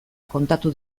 kontatu